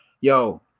Yo